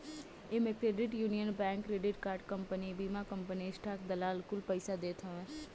इमे credit union bank, credit card company, बीमा company, stock दलाल कुल पइसा देत हवे